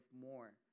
more